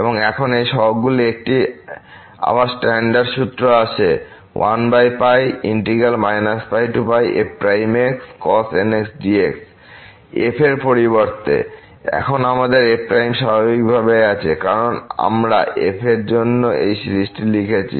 এবং এখন এই সহগগুলি একটি আবার স্ট্যান্ডার্ড সূত্র থেকে আসে f এর পরিবর্তে এখন আমাদের f স্বাভাবিকভাবেই আছে কারণ আমরা f এর জন্য এই সিরিজটি লিখেছি